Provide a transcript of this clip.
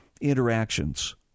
interactions